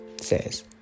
says